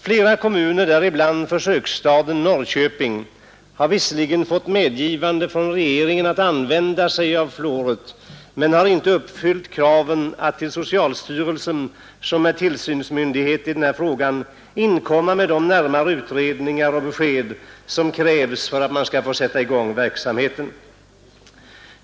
Flera kommuner, däribland försöksstaden Norrköping, har visserligen fått regeringens medgivande att använda sig av fluor men har inte uppfyllt kraven att till socialstyrelsen, som är tillsynsmyndighet i detta fall, inkomma med de närmare utredningar och besked som krävs för att få sätta i gång verksamheten.